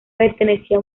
pertenecía